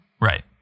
Right